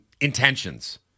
intentions